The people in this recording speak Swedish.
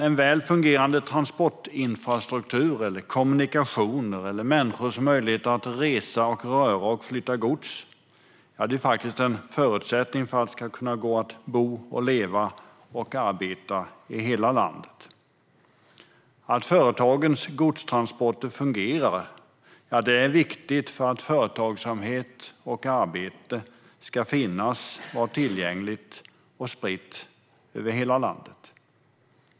En väl fungerande transportinfrastruktur - kommunikationer, människors möjligheter att resa, röra sig och flytta gods - är faktiskt en förutsättning för att det ska kunna gå att bo, leva och arbeta i hela landet. Att företagens godstransporter fungerar är viktigt för att företagsamhet och arbete ska finnas, vara tillgängligt och spritt över hela landet.